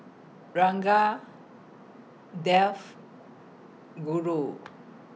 Ranga Dev Guru